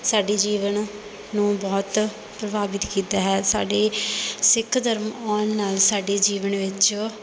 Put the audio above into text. ਸਾਡੀ ਜੀਵਨ ਨੂੰ ਬਹੁਤ ਪ੍ਰਭਾਵਿਤ ਕੀਤਾ ਹੈ ਸਾਡੇ ਸਿੱਖ ਧਰਮ ਆਉਣ ਨਾਲ ਸਾਡੇ ਜੀਵਨ ਵਿੱਚ